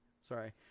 sorry